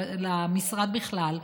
ולמשרד בכלל,